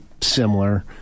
similar